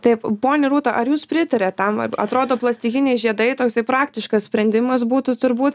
taip ponia rūta ar jūs pritariat tam atrodo plastikiniai žiedai toksai praktiškas sprendimas būtų turbūt